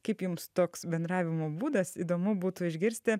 kaip jums toks bendravimo būdas įdomu būtų išgirsti